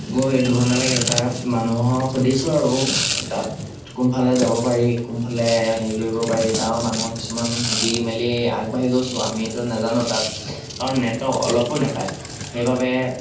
গৈ দুঘণ্টা লাগিল তাত মানুহক সুধিছোঁ আৰু তাত কোনফালে যাব পাৰি কোনফালে হেৰি কৰিব পাৰি তাৰ মানুহক কিছুমান সুধি মেলি আগবাঢ়ি গৈছোঁ আমিটো নাজানো তাত কাৰণ নেটৱৰ্ক অলপো নেপায় সেইবাবে